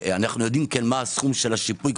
אנו יודעים מה סכום השיפוי,